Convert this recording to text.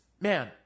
man